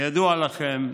כידוע לכם,